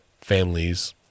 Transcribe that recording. families